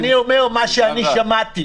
אני אומר מה שאני שמעתי.